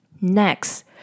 Next